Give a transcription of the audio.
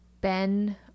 Ben